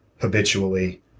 habitually